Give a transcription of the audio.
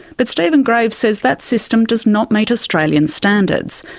but stephen graves says that system does not meet australian standards,